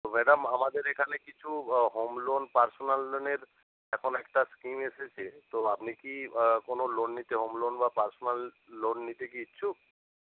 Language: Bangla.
তো ম্যাডাম আমাদের এখানে কিছু হোম লোন পার্সোনাল লোনের এখন একটা স্কিম এসেছে তো আপনি কি কোনো লোন নিতে হোম লোন বা পার্সোনাল লোন নিতে কি ইচ্ছুক